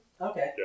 Okay